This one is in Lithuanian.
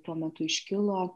tuo metu iškilo